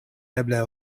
eble